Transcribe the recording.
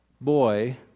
boy